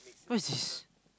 what is this